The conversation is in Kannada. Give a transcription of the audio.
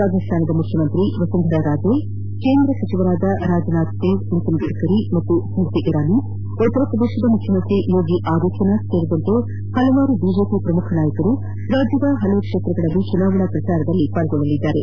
ರಾಜಸ್ತಾನದ ಮುಖ್ಯಮಂತ್ರಿ ವಸುಂಧರರಾಜೆ ಕೇಂದ್ರ ಸಚಿವರಾದ ರಾಜನಾಥ್ ಸಿಂಗ್ ಮತ್ತು ನಿತಿನ್ ಗಡ್ಡರಿ ಸ್ನತಿ ಇರಾನಿ ಉತ್ತರಪ್ರದೇಶದ ಮುಖ್ಯಮಂತ್ರಿ ಯೋಗಿ ಆದಿತ್ತನಾಥ್ ಸೇರಿದಂತೆ ಪಲವಾರು ಬಿಜೆಪಿ ಪ್ರಮುಖ ನಾಯಕರು ರಾಜ್ಯದ ವಿವಿಧ ಕ್ಷೇತ್ರಗಳಲ್ಲಿ ಚುನಾವಣಾ ಪ್ರಚಾರದಲ್ಲಿ ಪಾಲ್ಗೊಳ್ಳಲಿದ್ದಾರೆ